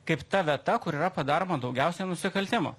kaip ta vieta kur yra padaroma daugiausiai nusikaltimų